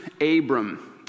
Abram